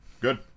good